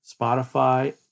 Spotify